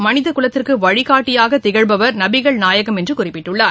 மனித குலத்திற்கு வழிகாட்டியாக திகழ்பவர் நபிகள் நாயகம் என்று குறிப்பிட்டுள்ளார்